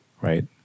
right